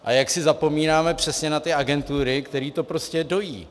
A jaksi zapomínáme přece na ty agentury, které to prostě dojí.